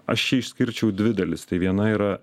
aš čia išskirčiau į dvi dalis tai viena yra